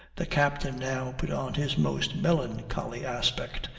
the captain now put on his most melancholy aspect,